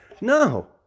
No